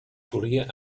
corria